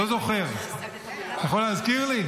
אני לא זוכר, אתה יכול להזכיר לי?